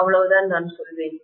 அவ்வளவுதான் நான் சொல்வேன்